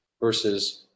versus